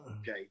Okay